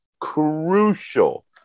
crucial